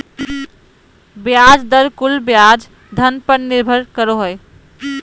ब्याज दर कुल ब्याज धन पर निर्भर करो हइ